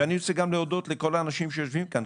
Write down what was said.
ואני רוצה גם להודות לכל האנשים שיושבים כאן,